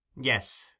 Yes